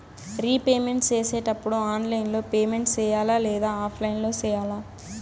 repayment సేసేటప్పుడు online లో payment సేయాలా లేదా ఆఫ్లైన్ లో సేయాలా